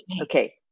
Okay